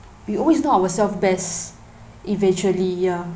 we always know our self best eventually ya